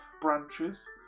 branches